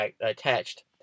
attached